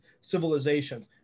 civilizations